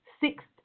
sixth